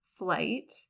Flight